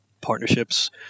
Partnerships